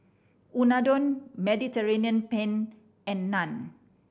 Unadon Mediterranean Penne and Naan